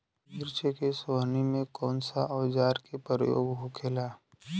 मिर्च के सोहनी में कौन सा औजार के प्रयोग होखेला?